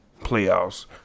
playoffs